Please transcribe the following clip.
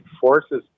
forces